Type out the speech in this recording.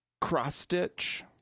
cross-stitch